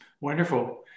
Wonderful